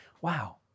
wow